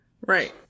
Right